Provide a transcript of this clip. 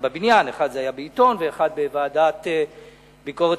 אחד היה בעיתון ואחד בוועדה לביקורת